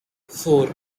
four